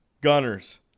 Gunners